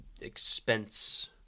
expense